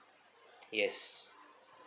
yes